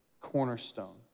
Cornerstone